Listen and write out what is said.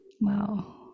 Wow